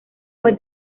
fue